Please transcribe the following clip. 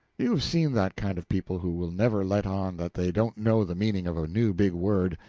you have seen that kind of people who will never let on that they don't know the meaning of a new big word.